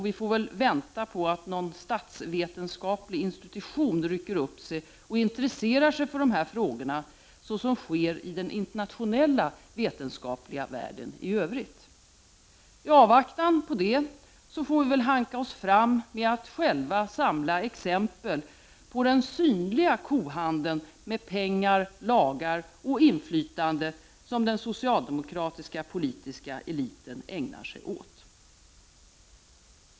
Vi får väl vänta på att någon statsvetenskaplig institution rycker upp sig och intresserar sig för dessa frågor så som sker i den internationella vetenskapliga världen i övrigt. I avvaktan på det får vi väl hanka oss fram med att själva samla exempel på den synliga kohandeln med pengar, lagar och inflytande som den socialdemokratiska politiska eliten ägnar sig åt.